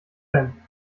denn